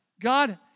God